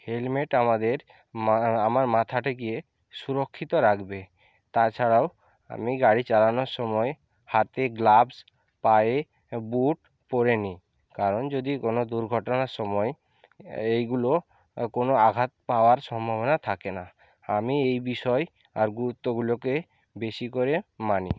helmet আমাদের আমার মাথাতে গিয়ে সুরক্ষিত রাখবে তাছাড়াও আমি গাড়ি চালানোর সময় হাতে গ্লাভস পায়ে বুট পরে নিই কারণ যদি কোনো দুর্ঘটনার সময় এইগুলো কোনো আঘাত পাওয়ার সম্ভাবনা থাকে না আমি এই বিষয় আর গুরুত্বগুলোকে বেশি করে মানি